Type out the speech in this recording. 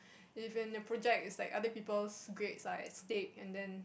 if in a project it's like other people's grades are at stake and then